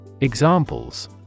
Examples